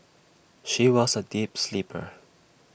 she was A deep sleeper